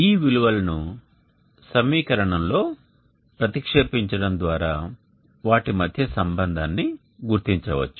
ఈ విలువలను సమీకరణంలో లో ప్రతిక్షేపించడం ద్వారా వాటి మధ్య సంబంధాన్ని గుర్తించవచ్చు